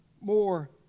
more